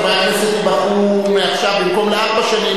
חברי הכנסת ייבחרו מעכשיו במקום לארבע שנים,